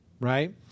right